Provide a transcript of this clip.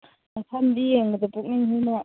ꯃꯐꯝꯗꯤ ꯌꯦꯡꯕꯗ ꯄꯨꯛꯅꯤꯡ ꯍꯨꯅ